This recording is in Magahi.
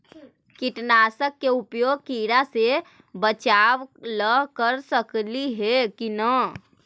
कीटनाशक के उपयोग किड़ा से बचाव ल कर सकली हे की न?